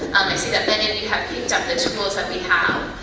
i see that many of you have picked up the tools that we have.